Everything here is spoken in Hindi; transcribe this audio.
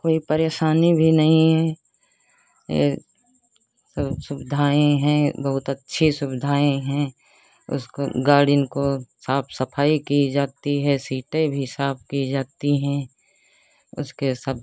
और कोई परेशानी भी नहीं है और सब सुविधाएँ हैं बहुत अच्छी सुविधाएँ हैं उसको गाड़ी को साफ़ सफाई की जाती है सीटें भी साफ़ की जाती हैं उसके सब